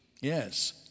yes